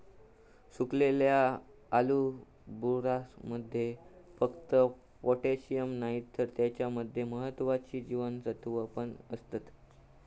सुखवलेल्या आलुबुखारमध्ये फक्त पोटॅशिअम नाही तर त्याच्या मध्ये महत्त्वाची जीवनसत्त्वा पण असतत